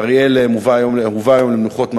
אריאל הובא היום למנוחות,